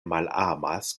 malamas